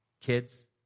kids